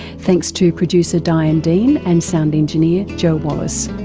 thanks to producer diane dean and sound engineer joe wallace.